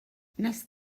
wnest